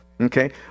Okay